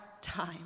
time